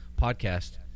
podcast